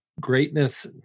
greatness